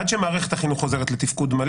עד שמערכת החינוך חוזרת לתפקוד,